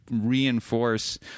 reinforce